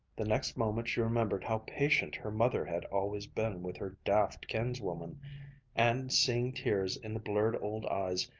the next moment she remembered how patient her mother had always been with her daft kinswoman and seeing tears in the blurred old eyes,